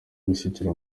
gushyigikira